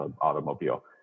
automobile